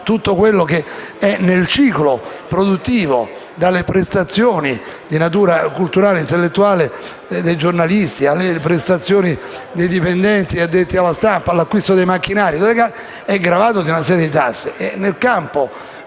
Tutto quello che è nel ciclo produttivo - dalle prestazioni di natura culturale e intellettuale dei giornalisti, alle prestazioni dei dipendenti addetti alla stampa, all'acquisto dei macchinari - è gravato da una serie di tasse.